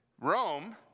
Rome